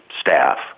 staff